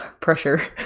pressure